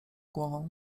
głową